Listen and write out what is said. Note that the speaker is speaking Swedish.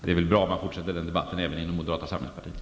Det är bra om man fortsätter den debatten även inom moderata samlingspartiet.